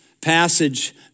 passage